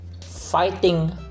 fighting